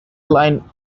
line